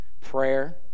Prayer